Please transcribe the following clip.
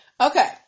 Okay